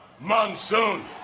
Monsoon